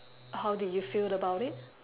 how did you feel about it